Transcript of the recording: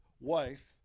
wife